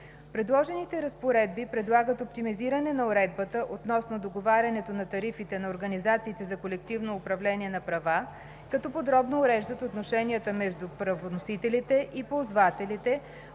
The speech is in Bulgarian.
Предложените разпоредбите предлагат оптимизиране на уредбата относно договарянето на тарифите на организациите за колективно управление на права, като подробно уреждат отношенията между правоносителите и ползвателите,